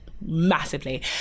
massively